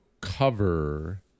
cover